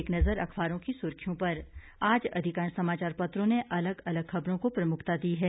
एक नज़र अखबारों की सुर्खियों पर आज अधिकांश समाचार पत्रों ने अलग अलग खबरों को प्रमुखता दी है